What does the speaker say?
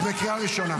את בקריאה ראשונה.